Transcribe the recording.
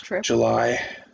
July